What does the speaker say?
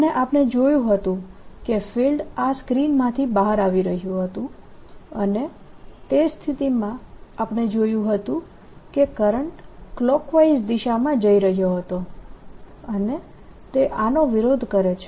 અને આપણે જોયું હતું કે ફિલ્ડ આ સ્ક્રીનમાંથી બહાર આવી રહ્યું હતું અને તે સ્થિતિમાં આપણે જોયું હતું કે કરંટ ક્લોકવાઈઝ દિશામાં જઇ રહ્યો હતો અને તે આનો વિરોધ કરે છે